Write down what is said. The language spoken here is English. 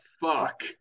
fuck